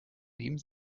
nehmen